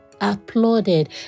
applauded